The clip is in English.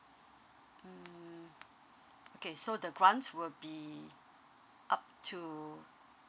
mm okay so the grant will be up to